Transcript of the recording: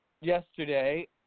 yesterday